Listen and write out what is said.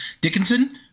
Dickinson